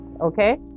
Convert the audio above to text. okay